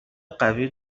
قوی